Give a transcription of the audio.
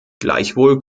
gleichwohl